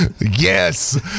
yes